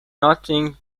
nothing